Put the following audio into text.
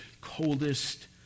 coldest